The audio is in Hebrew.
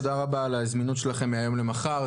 תודה רבה על הזמינות שלכם מהיום למחר,